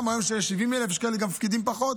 גם אלה של ה-70,000 יש כאלה שמפקידים פחות,